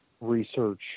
research